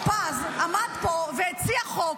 את אומרת שהוא שקרן --- משה טור פז עמד פה והציע חוק,